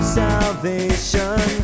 salvation